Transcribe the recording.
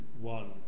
one